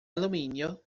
alluminio